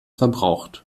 verbraucht